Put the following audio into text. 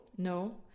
No